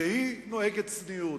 שהיא נוהגת צניעות,